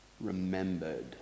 remembered